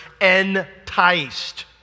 enticed